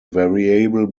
variable